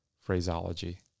phraseology